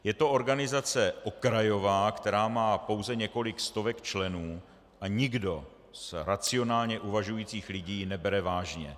Je to organizace okrajová, která má pouze několik stovek členů, a nikdo z racionálně uvažujících lidí ji nebere vážně.